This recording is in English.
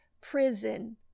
prison